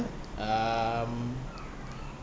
um